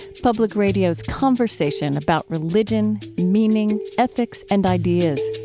public radio's conversation about religion, meaning, ethics, and ideas.